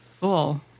Cool